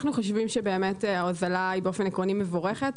אנחנו חושבים שבאמת ההוזלה היא באופן עקרוני מבורכת,